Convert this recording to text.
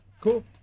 cool